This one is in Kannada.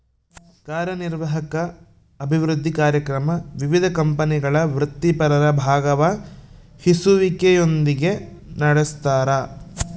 ಕಾರ್ಯನಿರ್ವಾಹಕ ಅಭಿವೃದ್ಧಿ ಕಾರ್ಯಕ್ರಮ ವಿವಿಧ ಕಂಪನಿಗಳ ವೃತ್ತಿಪರರ ಭಾಗವಹಿಸುವಿಕೆಯೊಂದಿಗೆ ನಡೆಸ್ತಾರ